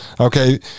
Okay